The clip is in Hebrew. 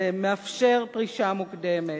זה מאפשר פרישה מוקדמת.